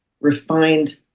refined